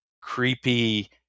creepy